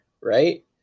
right